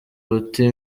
buti